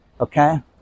okay